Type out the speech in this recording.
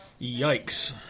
Yikes